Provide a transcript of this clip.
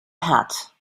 hat